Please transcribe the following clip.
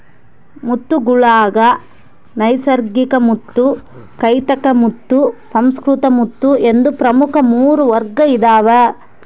ಮುತ್ತುಗುಳಾಗ ನೈಸರ್ಗಿಕಮುತ್ತು ಕೃತಕಮುತ್ತು ಸುಸಂಸ್ಕೃತ ಮುತ್ತು ಎಂದು ಪ್ರಮುಖ ಮೂರು ವರ್ಗ ಇದಾವ